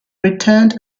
returned